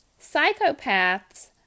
psychopaths